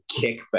kickback